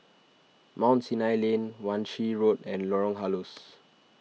Mount Sinai Lane Wan Shih Road and Lorong Halus